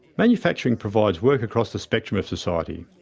manufacturing provides work across the spectrum of society,